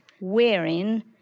wearing